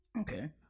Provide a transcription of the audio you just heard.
Okay